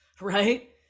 right